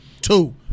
Two